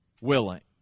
willing